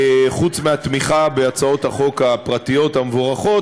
חוץ מהתמיכה בהצעות החוק הפרטיות המבורכות,